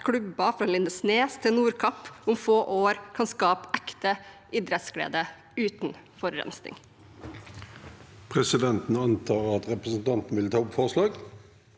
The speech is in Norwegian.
klubber fra Lindesnes til Nordkapp om få år kan skape ekte idrettsglede uten forurensing.